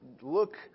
look